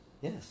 Yes